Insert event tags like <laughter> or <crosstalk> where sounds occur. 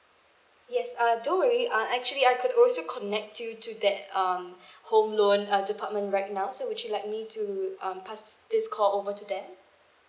yes uh don't worry uh actually I could also connect you to that um <breath> home loan uh department right now so would you like me to um pass this call over to them